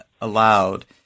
allowed